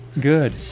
Good